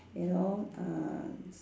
you know uh